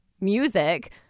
music